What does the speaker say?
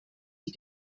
die